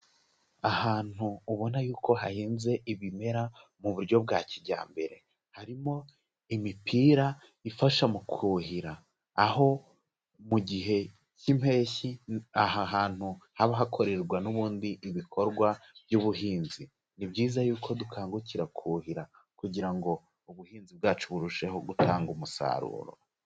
Ahantu ubona yuko hahinze ibimera mu buryo bwa kijyambere, harimo imipira ifasha mu kuhira, aho mu gihe cy'impeshyi aha hantu haba hakorerwa n'ubundi ibikorwa by'ubuhinzi. Ni byiza yuko dukangukira kuhira kugira ngo ubuhinzi bwacu burusheho gutanga umusaruro.